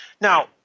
Now